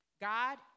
God